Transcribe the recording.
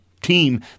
Team